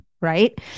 right